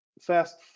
fast